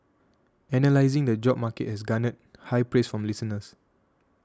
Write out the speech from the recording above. analysing the job market has garnered high praise from listeners